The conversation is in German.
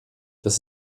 das